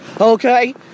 Okay